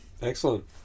Excellent